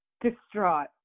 Distraught